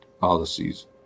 policies